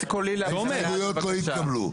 ההסתייגויות לא התקבלו.